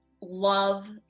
love